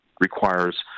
requires